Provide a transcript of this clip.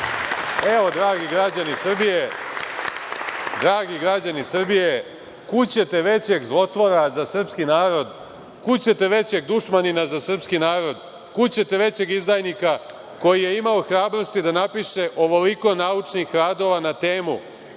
itd. Evo, dragi građani Srbije, kud ćete većeg zlotvora za srpski narod, kud ćete većeg dušmanina za srpski narod, kud ćete većeg izdajnika, koji je imao hrabrosti da napiše ovoliko naučnih radova na temu